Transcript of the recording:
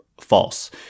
false